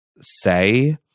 say